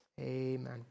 Amen